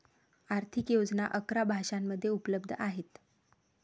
आर्थिक योजना अकरा भाषांमध्ये उपलब्ध आहेत